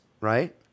right